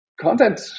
content